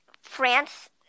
France